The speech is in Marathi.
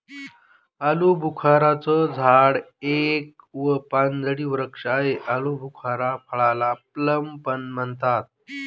आलूबुखारा चं झाड एक व पानझडी वृक्ष आहे, आलुबुखार फळाला प्लम पण म्हणतात